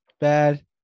bad